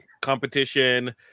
competition